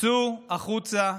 צאו החוצה,